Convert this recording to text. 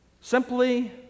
Simply